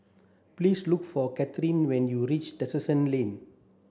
please look for Katherin when you reach Terrasse Lane